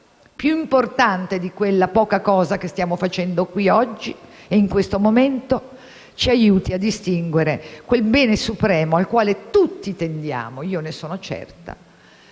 più importante di quella poca cosa che stiamo facendo qui oggi e in questo momento - ci aiuti a distinguere quel bene supremo al quale tutti tendiamo - ne sono certa